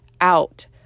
out